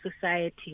society